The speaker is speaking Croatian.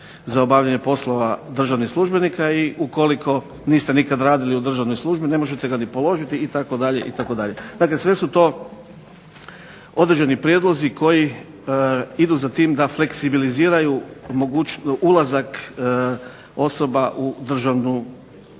za obavljanje poslova državnih službenika. I ukoliko niste nikad radili u državnoj službi ne možete ga ni položiti itd. itd. Dakle, sve su to određeni prijedlozi koji idu za tim da fleksibiliziraju ulazak osoba u državnu službu.